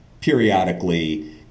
periodically